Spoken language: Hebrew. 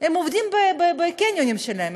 עובדים בקניונים שלהם.